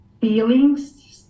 feelings